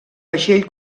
vaixell